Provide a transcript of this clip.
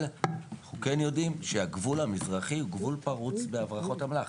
אבל אנחנו כן יודעים שהגבול המזרחי הוא גבול פרוץ בהברחות אמל"ח.